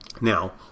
Now